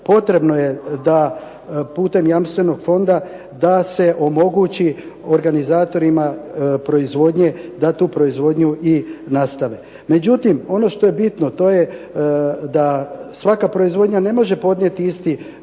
potrebno je da putem jamstvenog fonda da se omogući organizatorima proizvodnje da tu proizvodnju i nastave. Međutim, ono što je bitno to je da svaka proizvodnja ne može podnijeti isti